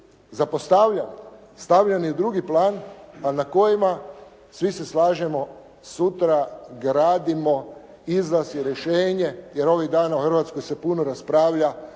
stavljani u drugi plan, a na kojima svi se slažemo sutra gradimo izlaz i rješenje jer ovih dana u Hrvatskoj se puno raspravlja